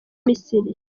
misiri